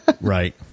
right